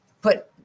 put